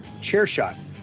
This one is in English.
CHAIRSHOT